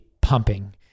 pumping